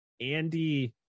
Andy